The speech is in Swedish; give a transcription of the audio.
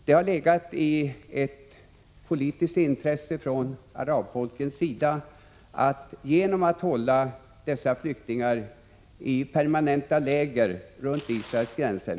Det har legat ett politiskt intresse från arabfolkens sida bakom att man hållit dessa flyktingar i permanenta läger runt Israels gränser.